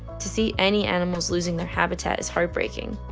to see any animals losing their habitat is heartbreaking.